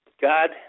God